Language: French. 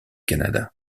canada